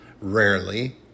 rarely